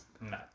No